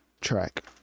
track